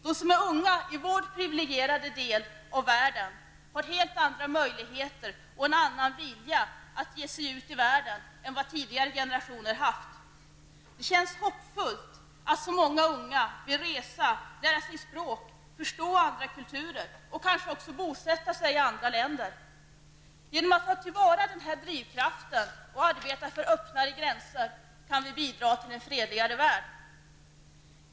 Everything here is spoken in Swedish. De som är unga i vår privilegierade del av världen har helt andra möjligheter och en annan vilja att ge sig ut i världen än vad tidigare generationer haft. Det känns hoppfullt att så många unga vill resa, lära sig språk, förstå andra kulturer och kanske bosätta sig i andra länder. Genom att ta till vara den här drivkraften och arbeta för öppnare gränser kan vi bidra till en fredligare värld.